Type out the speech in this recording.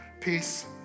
Peace